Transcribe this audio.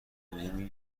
نمی